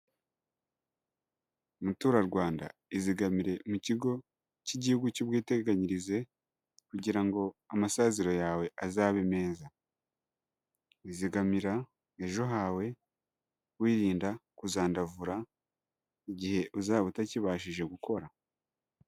Muturarwanda izigamire mu kigo cy'igihugu cy'ubwiteganyirize, kugira ngo amasaziro yawe azabe meza, zigamira ejo hawe wirinda kuzandavura, igihe uzaba utakibashije gukora.